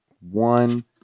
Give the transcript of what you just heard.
one